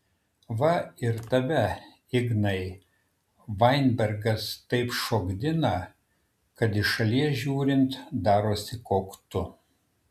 va ir tave ignai vainbergas taip šokdina kad iš šalies žiūrint darosi koktu